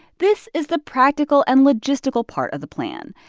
this is the practical and logistical part of the plan.